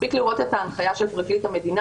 מספיק לראות את ההנחיה של פרקליט המדינה,